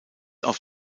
auf